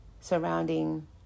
surrounding